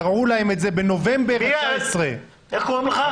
גרעו להם את זה בנובמבר 19'. איך קוראים לך?